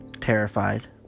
terrified